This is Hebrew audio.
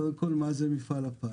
קודם כול, מה זה מפעל הפיס?